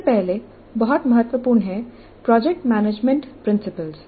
सबसे पहले बहुत महत्वपूर्ण है प्रोजेक्ट मैनेजमेंट प्रिंसिपल्स